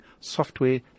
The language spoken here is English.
Software